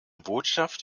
botschaft